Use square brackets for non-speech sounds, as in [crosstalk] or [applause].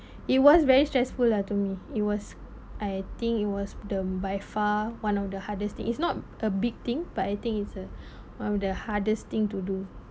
it was very stressful lah to me it was I think it was the by far one of the hardest thing it's not a big thing but I think it's a [breath] one of the hardest thing to do